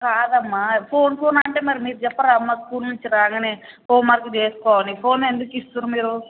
కాదమ్మ phone phone అంటే మరి మీరు చెప్పరా అమ్మ స్కూల్ నుంచి రాగానే హోంవర్క్ చేసుకో అని ఫోన్ ఎందుకు ఇస్తున్నారు